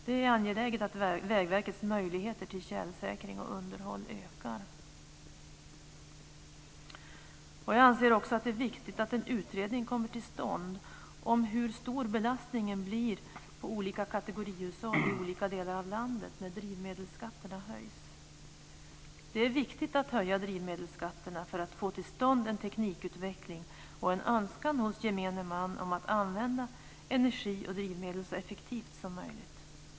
Det är angeläget att Vägverkets möjligheter till tjälsäkring och underhåll ökar. Jag anser också att det är viktigt att det kommer till stånd en utredning om hur stor belastningen blir på olika kategorihushåll i skilda delar av landet när drivmedelsskatterna höjs. Det är viktigt att höja drivmedelsskatterna för att få till stånd en teknikutveckling och en önskan hos gemene man att man använder energi och drivmedel så effektivt som möjligt.